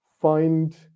find